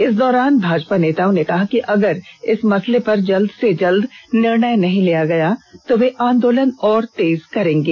इस दौरान भाजपा नेताओं ने कहा कि अगर इस मसले पर जल्द से जल्द निर्णय नहीं लिया गया तो वे आंदोलन और तेज करेंगे